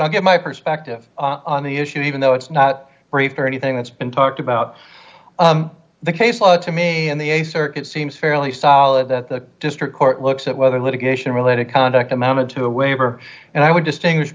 i get my perspective on the issue even though it's not very fair anything that's been talked about the case law to me in the a circuit seems fairly solid that the district court looks at whether litigation related conduct amounted to a waiver and i would distinguish